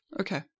Okay